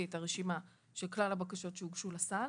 את הרשימה של כלל הבקשות שהוגשו לסל,